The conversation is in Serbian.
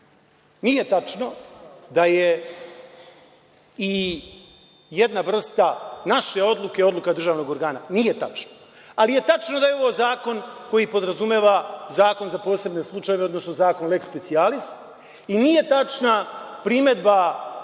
tačno da je i jedna vrsta naše odluke, odluka državnog organa. Nije tačno, ali je tačno da je ovo zakon koji podrazumeva zakon za posebne slučajeve, odnosno zakon lek specijalis. Nije tačna primedba